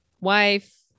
wife